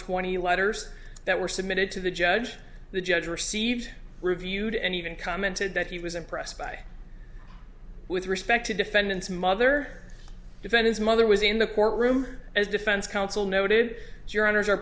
year letters that were submitted to the judge the judge received reviewed and even commented that he was impressed by with respect to defendant's mother event his mother was in the courtroom as defense counsel noted your honour's